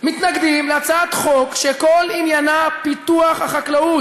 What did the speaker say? הם מתנגדים להצעת חוק שכל עניינה פיתוח החקלאות,